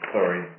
Sorry